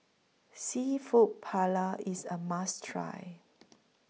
Seafood Paella IS A must Try